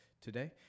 today